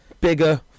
Bigger